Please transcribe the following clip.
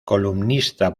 columnista